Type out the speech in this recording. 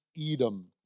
Edom